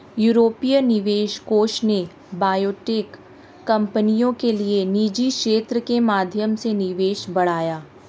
यूरोपीय निवेश कोष ने बायोटेक कंपनियों के लिए निजी क्षेत्र के माध्यम से निवेश बढ़ाया